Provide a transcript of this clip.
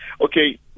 okay